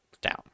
down